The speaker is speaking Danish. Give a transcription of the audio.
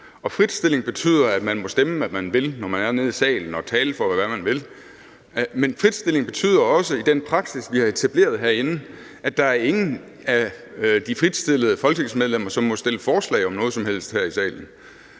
og fritstilling betyder, at man må stemme, hvad man vil, når man er nede i salen, og tale for, hvad man vil. Men fritstilling betyder også – i den praksis, vi har etableret herinde – at der ikke er nogen af de fritstillede folketingsmedlemmer, som må komme med forslag om noget som helst her i salen.